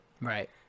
Right